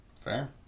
Fair